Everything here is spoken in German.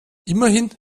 immerhin